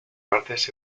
martes